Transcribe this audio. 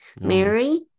Mary